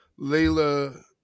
Layla